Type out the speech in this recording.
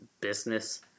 business